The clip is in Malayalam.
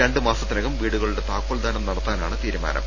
രണ്ടു മാസത്തിനകം വീടുകളുടെ താക്കോൽദാനം നടത്താനാണ് തീരുമാനം